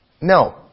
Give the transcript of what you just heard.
No